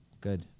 Good